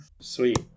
Sweet